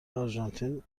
آرژانتین